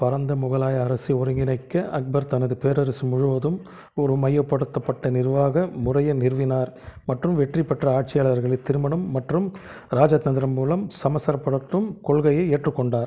பரந்த முகலாய அரசை ஒருங்கிணைக்க அக்பர் தனது பேரரசு முழுவதும் ஒரு மையப்படுத்தப்பட்ட நிர்வாக முறையை நிறுவினார் மற்றும் வெற்றி பெற்ற ஆட்சியாளர்களை திருமணம் மற்றும் இராஜதந்திரம் மூலம் சமசரப்படுத்தும் கொள்கையை ஏற்றுக்கொண்டார்